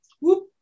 whoop